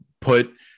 put